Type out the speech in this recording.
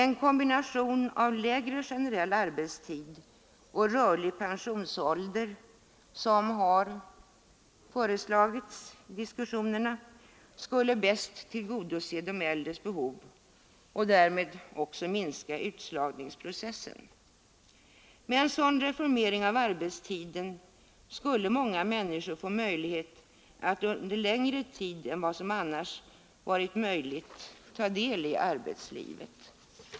En kombination av kortare generell arbetstid och rörlig pensionsålder, som har föreslagits i diskussionerna, skulle bäst tillgodose de äldres behov och därmed också minska utslagningsprocessen. Med en sådan reform av arbetstiden skulle många människor få tillfälle att under längre tid än som annars varit möjligt ta del av arbetslivet.